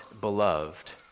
beloved